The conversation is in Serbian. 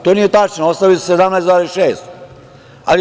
To nije tačno, ostavili su 17,6.